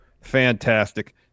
Fantastic